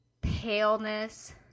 paleness